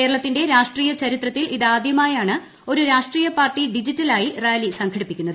കേരളത്തിന്റെ രാഷ്ട്രീയ ചരിത്രത്തിൽ ഇത് ആദ്യമായാണ് ഒരു രാഷ്ട്രീയ പാർട്ടി ഡിജിറ്റലായി റാലി സംഘടിപ്പിക്കുന്നത്